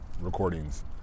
recordings